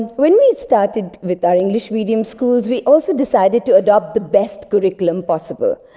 when we started with our english medium schools we also decided to adopt the best curriculum possible,